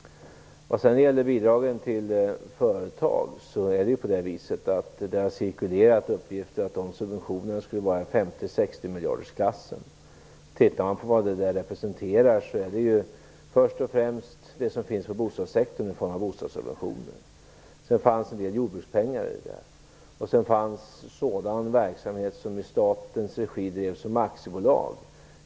Vad sedan gäller bidragen till företag, har det cirkulerat uppgifter om att de subventionerna skulle vara i 50-60-miljardersklassen. Tittar man på vad det representerar finner man att det först och främst är det som finns i bostadssektorn i form av bostadssubventioner. Det finns också en del jordbrukspengar. Sedan har vi sådan verksamhet som drivs som aktiebolag i statens regi.